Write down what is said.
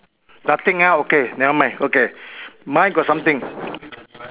nothing ah okay never mind okay mine got something